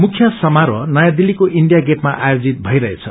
मुख्य समारोह नयाँ दिल्लीको इण्डिया गेअमा आयोजित भइरहेछ